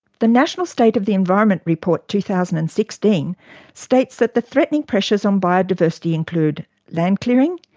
the national state of the environment report two thousand and sixteen states that the threatening pressures on biodiversity include land clearing,